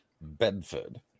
Bedford